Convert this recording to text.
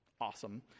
awesome